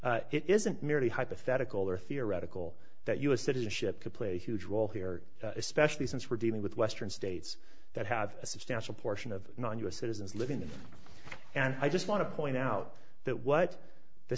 it isn't merely hypothetical or theoretical that u s citizenship could play a huge role here especially since we're dealing with western states that have a substantial portion of non u s citizens living there and i just want to point out that what the